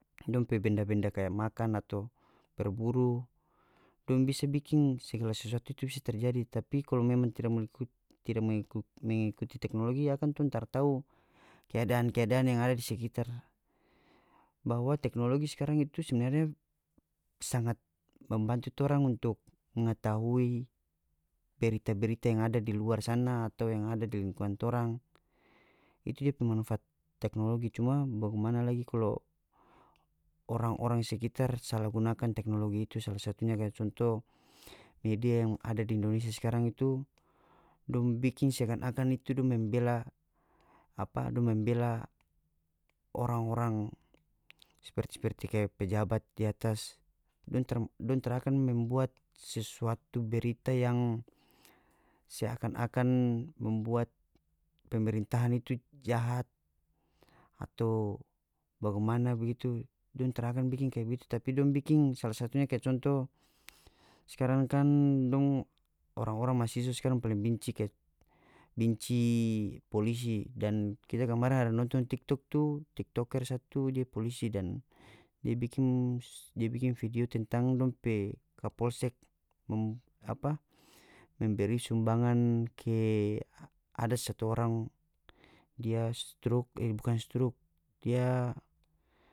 Dong pe benda-benda kaya makan atau berburu dong bisa bikin segala sesuatu tu bisa terjadi tapi kalo memang tida mengikuti teknologi akan tong tara tau keadan-keadan yang ada di sekitar bahwa teknologi skarang itu sebenarnya sangat membantu torang untuk mengetahui berita-berita yang ada di luar sana atau yang ada di lingkungan torang itu depe manfaat teknologi cuma bagimana lagi kalo orang-orang sekitar sala gunakan teknologi itu sala satunya kaya conto media yang ada di indonesia skarang itu dong bikin seakan-akan itu dong membela apa dong membela orang-orang seperti-seperti kaya pejabat di atas dong dong tara akan membuat sesuatu berita yang seakan-akan membuat pemerintahan itu jahat atau bagimana bagitu dong tara akan bikin kaya begitu tapi dong bikin sala satunya kaya contoh skarang kan dong orang-orang mahasiswa skarang paling binci kaya binci polisi dan kita kemarin ada nonton tiktok tu tiktokers satu dia polisi dan dia bikin dia bikin vidio tentang dong pe kapolsek apa memberi sumbangan ke ada satu orang dia struk e bukan struk dia.